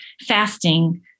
fasting